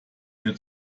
mir